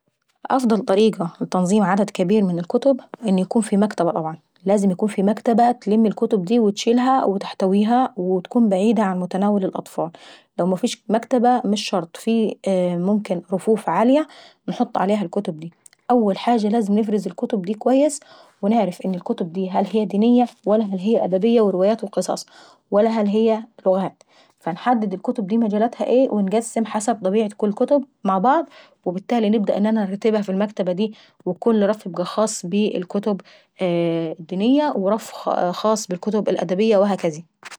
افضل طريقة لتنظيم عدد كبير من الكتب انه يكون في مكتبة طبعا. لازم يكون في مكتبة تلم الكتب دي وتشيلها وتحتويها، وتكون بعيدة عن متناول الأطفال، لو مفيش مكتبة مش شرط في ممكن رفوف عالية انحط عليها الكتب داي. أول حاجة لازم نفرز الكتب دي كويس، ونعرف هل الكتب دي دينية ولا هل هي ادبية وروايات وقصص. فنحدد اكتب داي مجالاتها ايه، ونقسم حسب طبيعة كل كتب مع بعض، وبالتالي نبدأ ان انا نرتبها في المكتبة دي وكل رف يبقى خاص بالكتب الدينية ورف خاص بالكتب الادبية وهكذي.